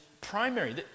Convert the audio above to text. primary